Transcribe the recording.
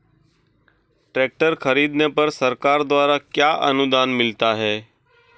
Tractor खरीदने पर सरकार द्वारा क्या अनुदान मिलता है?